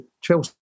Chelsea